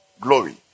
glory